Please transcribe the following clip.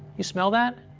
you smell that?